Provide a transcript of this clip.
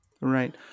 right